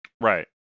Right